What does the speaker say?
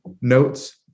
notes